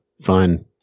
Fine